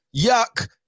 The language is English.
Yuck